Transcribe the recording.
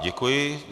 Děkuji.